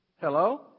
Hello